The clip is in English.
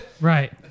Right